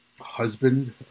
husband